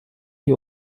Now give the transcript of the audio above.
die